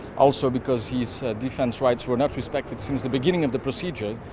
also because his defense rights were not respected since the beginning of the procedure.